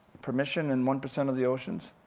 permission in one percent of the oceans.